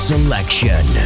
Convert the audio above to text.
Selection